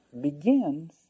begins